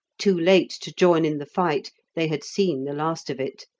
too late to join in the fight, they had seen the last of it.